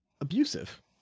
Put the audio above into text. abusive